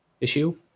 issue